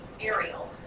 Ariel